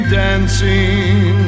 dancing